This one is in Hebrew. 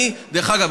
דרך אגב,